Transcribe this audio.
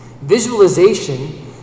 visualization